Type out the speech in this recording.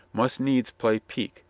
must needs play pique,